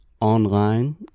online